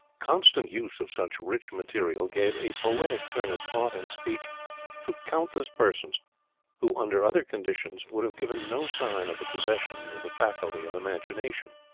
constant use of such rich material gave a poetic turn of thought and speech to countless persons who, under other conditions, would have given no sign of the possession of the faculty of imagination.